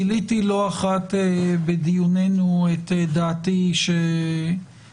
גיליתי לא אחת בדיונינו את דעתי שטוב